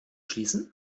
schließen